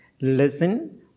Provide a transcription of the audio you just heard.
listen